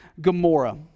Gomorrah